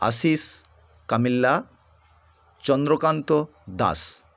Ashis Kamilya Chandrakanta Das